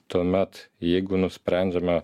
tuomet jeigu nusprendžiame